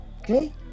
Okay